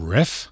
Riff